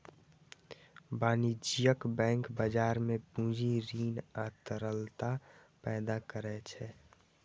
वाणिज्यिक बैंक बाजार मे पूंजी, ऋण आ तरलता पैदा करै छै